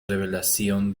revelación